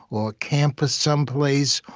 or a campus someplace,